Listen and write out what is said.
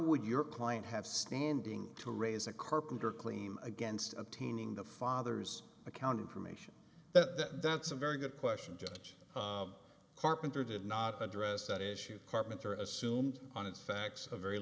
would your client have standing to raise a carpenter claim against attaining the father's account information that that's a very good question judge carpenter did not address that issue carpenter assume on its facts of very